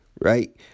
Right